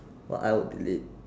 what I would delete